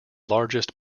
largest